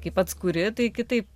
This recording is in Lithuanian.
kai pats kuri tai kitaip